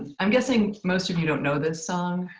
i'm guessing most of you don't know this song.